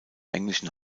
englischen